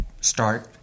start